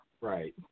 Right